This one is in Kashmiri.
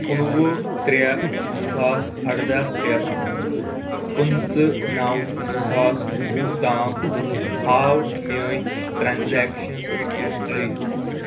کُنوُہ ترٛےٚ زٕ ساس اَردہ پٮ۪ٹھ پٕنٛژٕہ نو زٕ ساس وُہ تام ہاو میٲنۍ ٹرانزیکشن ہسٹری